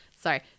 Sorry